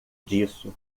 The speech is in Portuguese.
disso